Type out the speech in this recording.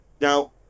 Now